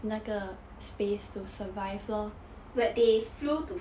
where they flew to